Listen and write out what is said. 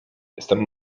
jestem